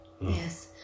Yes